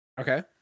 Okay